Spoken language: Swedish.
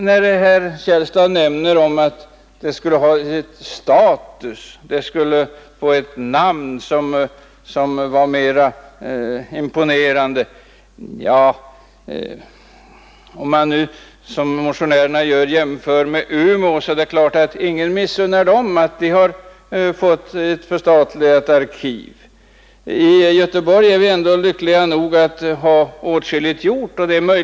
Herr Källstad nämner att arkivet skulle få status och ett namn som var mera imponerande. Motionärerna jämför med Umeå, och det är väl ingen som missunnar Umeå att ha fått ett förstatligat arkiv. I Göteborg är vi ändå lyckliga nog att ha åtskilligt gjort.